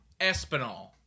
Espinal